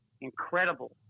incredible